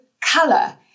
color